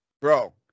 Bro